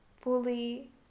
fully